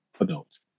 adults